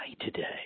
today